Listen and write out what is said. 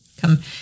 come